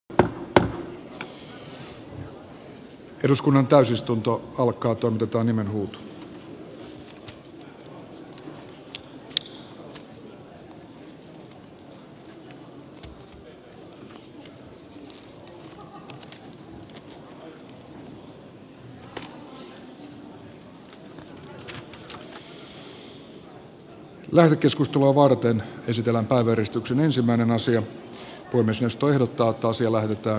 puhemiesneuvosto ehdottaa että asia lähetetään valtiovarainvaliokuntaan